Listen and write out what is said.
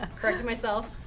um corrected myself.